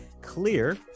clear